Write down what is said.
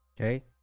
Okay